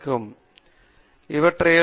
பேராசிரியர் பிரதாப் ஹரிதாஸ் ஆமாம் ஆமாம்